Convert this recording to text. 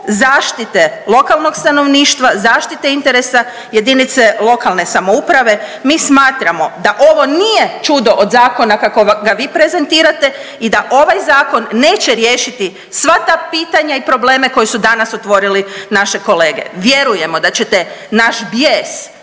zaštite lokalnog stanovništva, zaštite interesa jedinice lokalne samouprave mi smatramo da ovo nije čudo od zakona, kako ga vi prezentirate i da ovaj Zakon neće riješiti sva ta pitanja i probleme koji su danas otvorili naše kolege. Vjerujemo da ćete nas bijes